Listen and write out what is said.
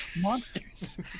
Monsters